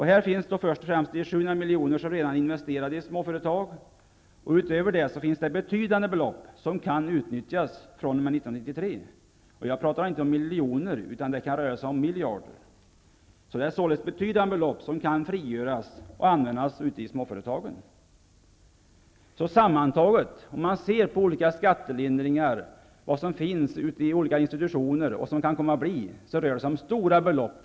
700 miljoner är redan investerade i småföretag, och utöver det finns betydande belopp som kan utnyttjas fr.o.m. 1993. Jag talar då inte om miljoner, utan det kan röra sig om miljarder. Det är således betydande belopp som kan frigöras och användas ute i småföretagen. Om man sammantaget ser på olika skattelindringar, vad som finns ute i olika institutioner och vad som kan komma att bli aktuellt, rör det sig alltså om stora belopp.